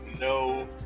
no